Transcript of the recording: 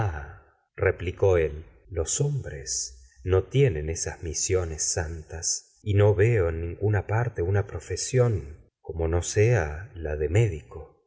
replicó él los hombres no tienen esas misiones santas y no veo en ninguna parte una profesión como no sea la de médico